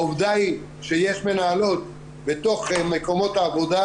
העובדה שיש מנהלות בתוך מקומות העבודה,